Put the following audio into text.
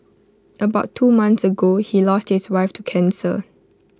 about two months ago he lost his wife to cancer